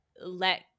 let